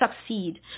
succeed